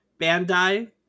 Bandai